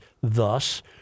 Thus